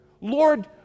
Lord